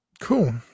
cool